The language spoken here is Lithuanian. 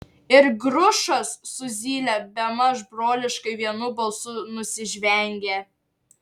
ir grušas su zyle bemaž broliškai vienu balsu nusižvengė